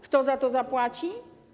Kto za to zapłaci?